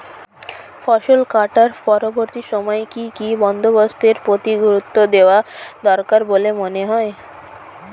ফসল কাটার পরবর্তী সময়ে কি কি বন্দোবস্তের প্রতি গুরুত্ব দেওয়া দরকার বলে মনে হয়?